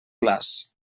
glaç